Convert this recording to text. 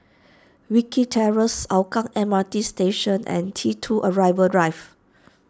Wilkie Terrace Hougang M R T Station and T two Arrival Drive